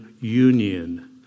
union